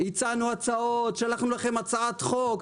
הצענו הצעות, שלחנו לכם הצעת חוק.